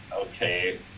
okay